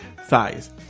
Thighs